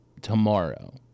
tomorrow